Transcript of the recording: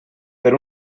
per